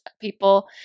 people